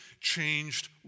changed